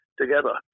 together